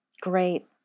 Great